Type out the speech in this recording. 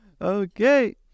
okay